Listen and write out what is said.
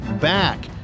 back